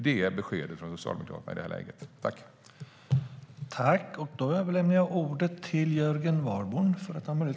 Det är beskedet från Socialdemokraterna i det här läget.